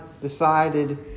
decided